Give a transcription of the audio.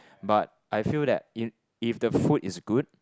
but I feel that in if the food is good